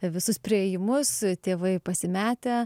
visus priėjimus tėvai pasimetę